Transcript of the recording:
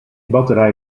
batterij